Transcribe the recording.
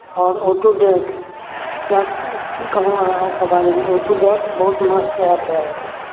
आओर ऑटोडेस्क किएक की कहौँ अहाँके ओकरा बारमे ऑटोडेस्क बहुत मस्त ऐप हए